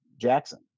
Jackson